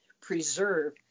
preserve